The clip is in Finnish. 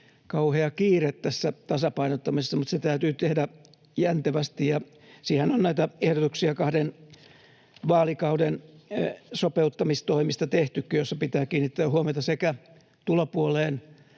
kauhea kiire tässä tasapainottamisessa, mutta se täytyy tehdä jäntevästi. Siihenhän on tehtykin näitä ehdotuksia kahden vaalikauden sopeuttamistoimista, joissa pitää kiinnittää huomiota sekä tulopuoleen,